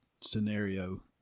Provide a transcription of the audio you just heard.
scenario